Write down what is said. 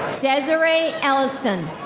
desiree elleston.